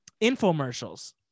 infomercials